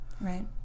Right